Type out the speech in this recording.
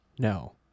No